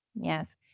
Yes